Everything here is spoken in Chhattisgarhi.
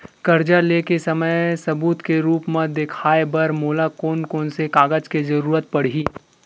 कर्जा ले के समय सबूत के रूप मा देखाय बर मोला कोन कोन से कागज के जरुरत पड़ही?